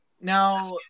Now